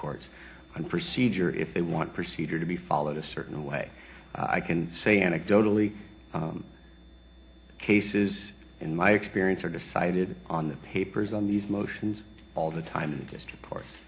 courts procedure if they want procedure to be followed a certain way i can say anecdotally cases in my experience are decided on the papers on these motions all the time in the dist